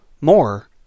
more